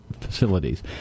facilities